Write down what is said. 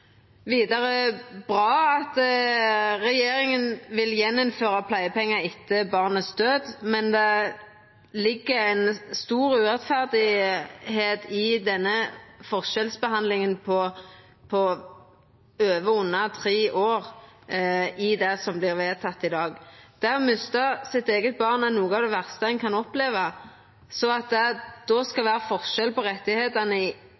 Vidare er det i utgangspunktet bra at regjeringa vil gjeninnføra rett til pleiepengar etter barnets død, men det ligg noko urettferdig i det som vert vedteke i dag, og det gjeld forskjellsbehandlinga knytt til om ein har motteke pleiepengar i over eller under tre år. Å mista sitt eige barn er noko av det verste ein kan oppleva, og at det då